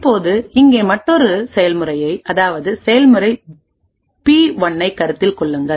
இப்போது இங்கே மற்றொரு செயல்முறையைஅதாவது செயல்முறை பி 1 ஐ கருத்தில் கொள்ளுங்கள்